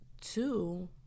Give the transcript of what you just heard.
Two